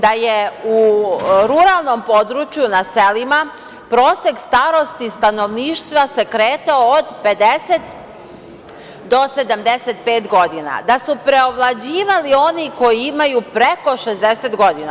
Da je u ruralnom području, na selima, prosek starosti stanovništva se kretao od 50 do 75 godina, da su preovlađivali oni koji imaju preko 60 godina.